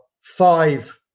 five